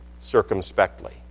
circumspectly